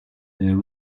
there